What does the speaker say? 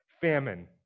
famine